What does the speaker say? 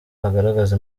agaragaza